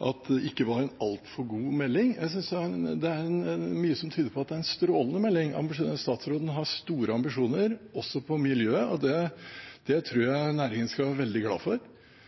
at det ikke var en altfor god melding: Jeg synes det er mye som tyder på at det er en strålende melding. Statsråden har store ambisjoner, også når det gjelder miljøet. Det tror jeg næringen skal være veldig glad for,